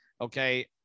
Okay